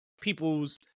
people's